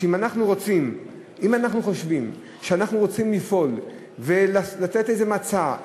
אם אנחנו חושבים שאנחנו רוצים לפעול ולתת איזה מצע,